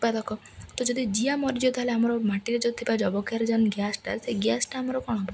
ଉତ୍ପାଦକ ତ ଯଦି ଜିଆ ମରିଯିବ ତା'ହଲେ ଆମର ମାଟିରେ ଯେଉଁ ଥିବା ଯବକ୍ଷାରଜାନ ଗ୍ୟାସ୍ଟା ସେ ଗ୍ୟାସ୍ଟା ଆମ କ'ଣ ହବ